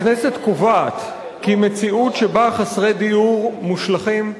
הכנסת קובעת כי מציאות שבה חסרי דיור מושלכים,